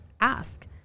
ask